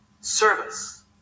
service